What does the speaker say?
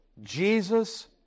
Jesus